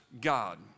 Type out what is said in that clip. God